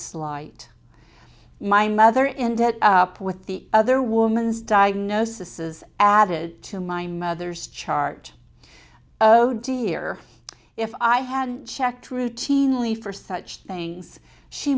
slight my mother in debt up with the other woman's diagnosis is added to my mother's chart oh dear if i hadn't checked routinely for such things she